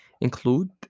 include